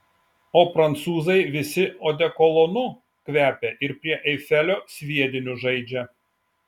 o prancūzai visi odekolonu kvepia ir prie eifelio sviediniu žaidžia